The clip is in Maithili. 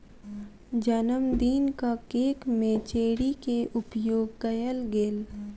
जनमदिनक केक में चेरी के उपयोग कएल गेल